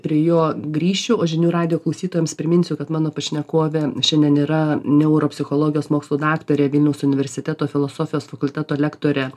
prie jo grįšiu o žinių radijo klausytojams priminsiu kad mano pašnekovė šiandien yra neuropsichologijos mokslų daktarė vilniaus universiteto filosofijos fakulteto lektorė